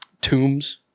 tombs